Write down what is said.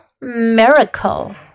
Miracle